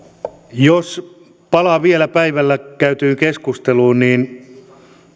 jos palaan vielä päivällä käytyyn keskusteluun niin